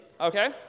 okay